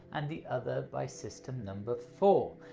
and the other by system number four.